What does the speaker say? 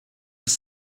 his